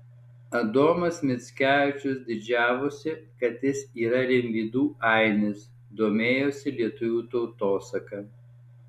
adomas mickevičius didžiavosi kad jis yra rimvydų ainis domėjosi lietuvių tautosaka